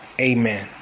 amen